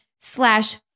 slash